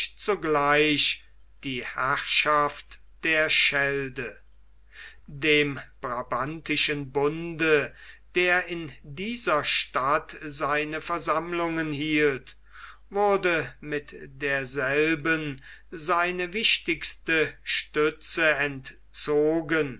zugleich die herrschaft der schelde dem brabantischen bunde der in dieser stadt seine versammlungen hielt wurde mit derselben seine wichtigste stütze entzogen